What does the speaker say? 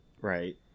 right